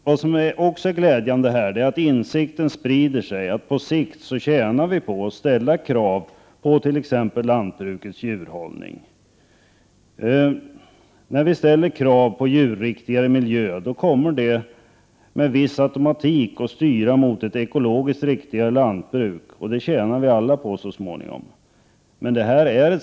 Vad som också är glädjande är att insikten sprider sig om att vi alla så småningom tjänar på att ställa krav på t.ex. lantbrukets djurhållning. När vi ställer krav på en djurriktigare miljö kommer det med viss automatik att styra mot ett ekologiskt riktigare lantbruk.